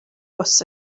bws